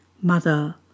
Mother